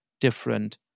different